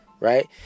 Right